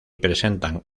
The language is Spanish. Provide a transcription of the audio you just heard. presentan